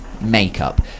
makeup